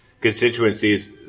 constituencies